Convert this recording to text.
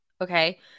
okay